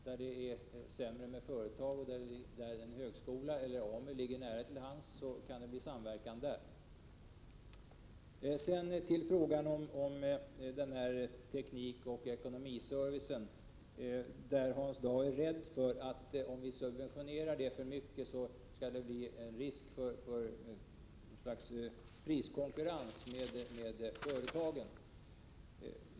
Där det är sämre med företag och en högskola eller AMU ligger nära till hands, kan det — Prot. 1987/88:132 bli samverkan där. 2 juni 1988 Sedan till frågan om teknikoch ekonomiservicen, där Hans Dau är rädd för, om vi subventionerar den för mycket, att det finns risk för något slags priskonkurrens med företagen.